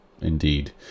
indeed